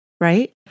right